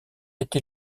été